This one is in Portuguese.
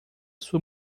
sua